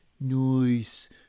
noise